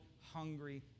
hungry